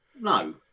No